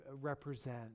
represent